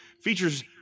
features